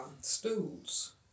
stools